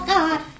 God